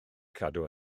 cadw